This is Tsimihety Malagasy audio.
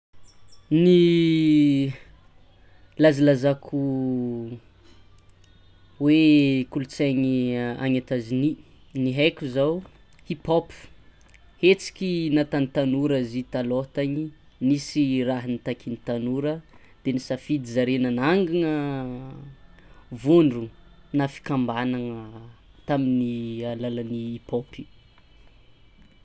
Ny lazalazako hoe kolotsain'ny any Etazonia, ny haiko zao hipop hetsiky nataon'ny tanora zio taloha tany nisy raha nitakian'ny tanora de nisafidy zare nanangana vondrogno na fikambanana tamin'ny alalan'ny hipop io.